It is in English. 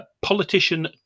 politician